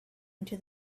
into